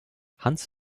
hans